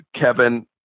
Kevin